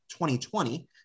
2020